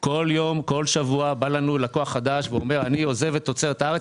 כאשר כל יום וכל שבוע בא אלינו לקוח חדש ואומר: אני עוזב את תוצרת הארץ,